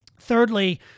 Thirdly